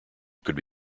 could